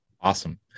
Awesome